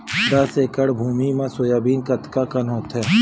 दस एकड़ भुमि म सोयाबीन कतका कन होथे?